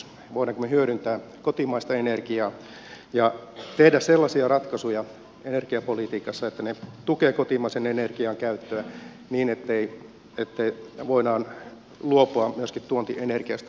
voimmeko me hyödyntää kotimaista energiaa ja tehdä sellaisia ratkaisuja energiapolitiikassa että ne tukevat kotimaisen energian käyttöä niin että voidaan luopua myöskin tuontienergiasta